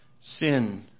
Sin